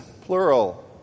plural